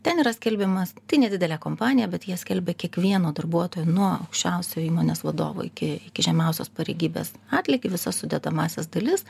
ten yra skelbimas tai nedidelė kompanija bet jie skelbia kiekvieno darbuotojo nuo aukščiausio įmonės vadovo iki iki žemiausios pareigybės atlygį visas sudedamąsias dalis